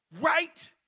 right